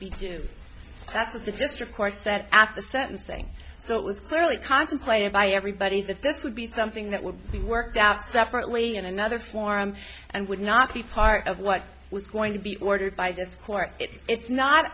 be due that was the gist of course that after the sentencing so it was clearly contemplated by everybody that this would be something that would be worked out separately in another forum and would not be part of what was going to be ordered by this court it's not